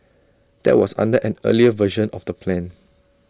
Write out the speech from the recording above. that was under an earlier version of the plan